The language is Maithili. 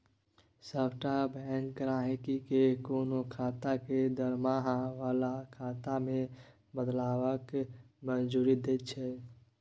सभटा बैंक गहिंकी केँ कोनो खाता केँ दरमाहा बला खाता मे बदलबाक मंजूरी दैत छै